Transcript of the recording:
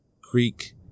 creek